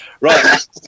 right